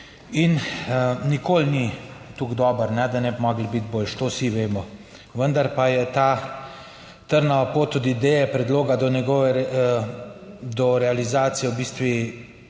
In nikoli ni tako dobro, da ne bi mogli biti boljše, to vsi vemo. Vendar pa je ta trnova pot od ideje, predloga do njegove, do realizacije v bistvu,